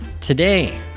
today